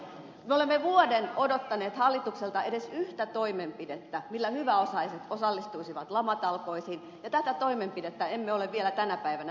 me olemme vuoden odottaneet hallitukselta edes yhtä toimenpidettä millä hyväosaiset osallistuisivat lamatalkoisiin ja tätä toimenpidettä emme ole vielä tänä päivänä nähneet